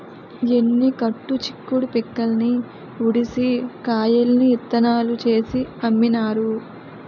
ఎన్ని కట్టు చిక్కుడు పిక్కల్ని ఉడిసి కాయల్ని ఇత్తనాలు చేసి అమ్మినారు